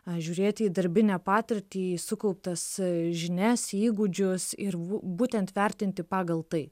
ar žiūrėti į darbinę patirtį sukauptas žinias įgūdžius ir būtent vertinti pagal tai